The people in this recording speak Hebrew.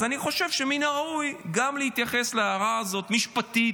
אז אני חושב שמן הראוי גם להתייחס להערה הזאת משפטית,